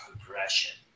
progression